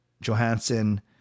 Johansson